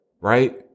right